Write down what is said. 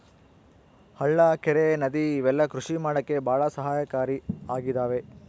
ಹಳ್ಳ ಕೆರೆ ನದಿ ಇವೆಲ್ಲ ಕೃಷಿ ಮಾಡಕ್ಕೆ ಭಾಳ ಸಹಾಯಕಾರಿ ಆಗಿದವೆ